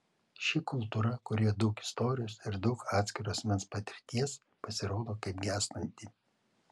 ši kultūra kurioje daug istorijos ir daug atskiro asmens patirties pasirodo kaip gęstanti